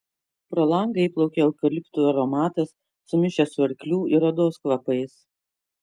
pro langą įplaukė eukaliptų aromatas sumišęs su arklių ir odos kvapais